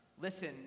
listen